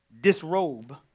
disrobe